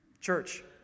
Church